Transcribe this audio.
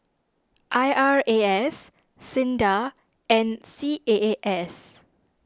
I R A S Sinda and C A A S